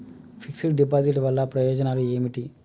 Fix డ్ deposit వల్ల ప్రయోజనాలు ఏమిటి?